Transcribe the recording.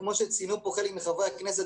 וכמו שציינו פה חלק מחברי הכנסת,